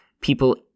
people